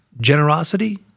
generosity